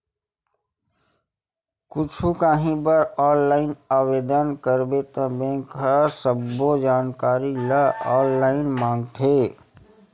कुछु काही बर ऑनलाईन आवेदन करबे त बेंक ह सब्बो जानकारी ल ऑनलाईन मांगथे